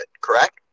correct